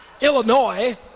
Illinois